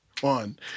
One